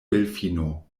delfino